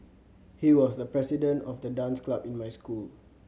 he was the president of the dance club in my school